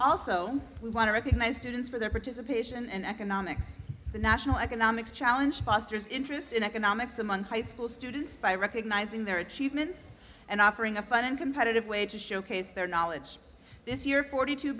also we want to recognize students for their participation in economics the national economics challenge fosters interest in economics among high school students by recognizing their achievements and offering a fun competitive wages showcase their knowledge this year forty t